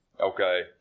Okay